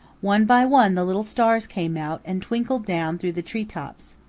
one by one the little stars came out and twinkled down through the tree tops.